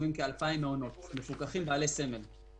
רשומים כ-2,000 מעונות שהם מפוקחים ובעלי סמל.